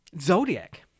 Zodiac